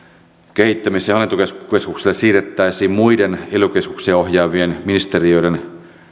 kehittämis ja hallintokeskukselle siirrettäisiin muiden ely keskuksia ohjaavien ministeriöiden